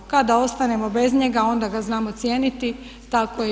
Kada ostanemo bez njega, onda ga znamo cijeniti, tako i vid.